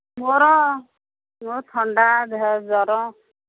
ମୋର ମୋର ଥଣ୍ଡା ଦେହ ଜର